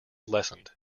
lessened